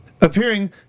appearing